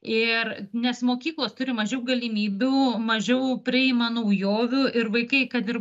ir nes mokyklos turi mažiau galimybių mažiau priima naujovių ir vaikai kad ir